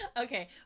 Okay